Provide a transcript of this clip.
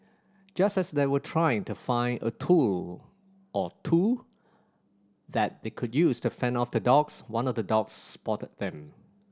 just as they were trying to find a tool or two that they could use to fend off the dogs one of the dogs spotted them